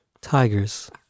Tigers